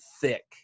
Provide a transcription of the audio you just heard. thick –